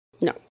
No